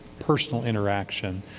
personal interaction.